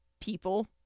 people